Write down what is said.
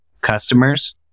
Customers